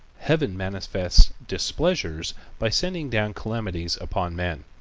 heaven manifests displeasures by sending down calamities upon men.